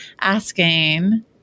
asking